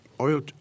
oil